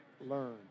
learn